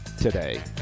today